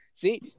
See